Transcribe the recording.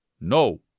No